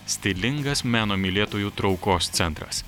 stilingas meno mylėtojų traukos centras